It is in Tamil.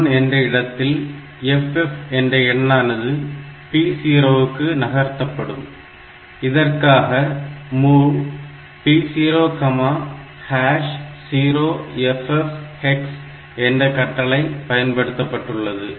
L1 என்ற இடத்தில் FF என்ற எண்ணானது P0 க்கு நகர்த்தப்படும் இதற்காக MOV P00FF hex என்ற கட்டளை பயன்படுத்தப்பட்டுள்ளது